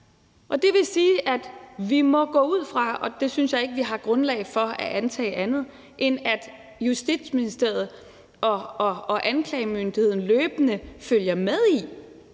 Det vil sige, at vi må gå ud fra, og jeg synes ikke, vi har grundlag for at antage andet, at Justitsministeriet og anklagemyndigheden løbende følger med i,